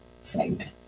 segment